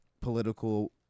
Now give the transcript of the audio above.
political